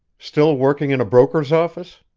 still working in a broker's office?